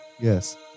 Yes